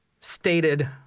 stated